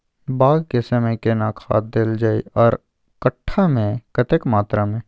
बाग के समय केना खाद देल जाय आर कट्ठा मे कतेक मात्रा मे?